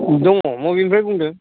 दङ बबेनिफ्राय बुंदों